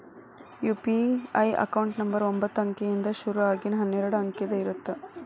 UPI account number ಒಂಬತ್ತ ಅಂಕಿಯಿಂದ್ ಶುರು ಆಗಿ ಹನ್ನೆರಡ ಅಂಕಿದ್ ಇರತ್ತ